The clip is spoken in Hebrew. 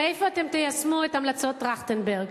מאיפה אתם תיישמו את המלצות טרכטנברג,